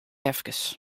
efkes